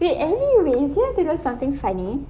wait anyways did I tell you something funny